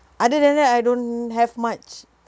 other than that I don't have much